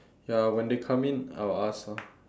ya when they come in I'll ask lah